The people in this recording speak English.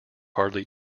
hardly